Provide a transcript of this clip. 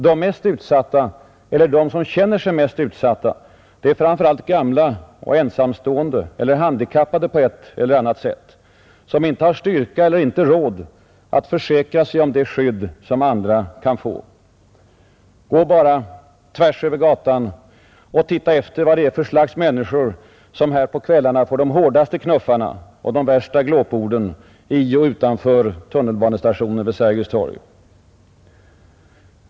De mest utsatta — eller de som känner sig mest utsatta — är framför allt gamla, ensamstående människor eller handikappade på ett eller annat sätt, som inte har styrka eller råd att försäkra sig om det skydd andra kan få. Gå bara tvärs över gatan och titta efter vad slags människor det är som på kvällarna får de hårdaste knuffarna, de värsta glåporden i och utanför tunnelbanestationen vid Sergels torg.